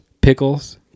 pickles